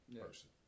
person